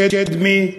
שדמי,